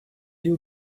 you